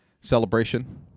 Celebration